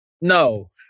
No